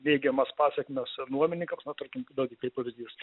neigiamas pasekmes nuomoninkams na tarkim vėlgi kaip pavyzdys